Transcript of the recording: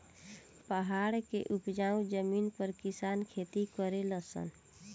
पहाड़ के उपजाऊ जमीन पर किसान खेती करले सन